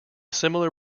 similar